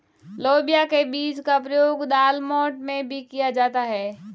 लोबिया के बीज का प्रयोग दालमोठ में भी किया जाता है